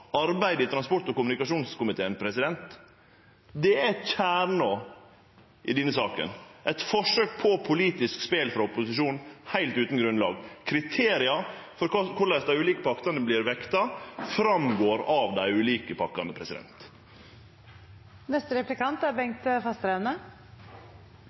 arbeid i transport- og kommunikasjonskomiteen. Det er kjernen i denne saka – eit forsøk på politisk spel frå opposisjonen heilt utan grunnlag. Kriteria for korleis dei ulike partane vert vekta, går fram av dei ulike